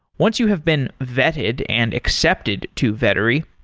once you have been vetted and accepted to vettery,